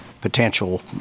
potential